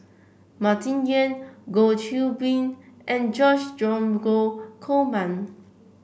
Martin Yan Goh Qiu Bin and George Dromgold Coleman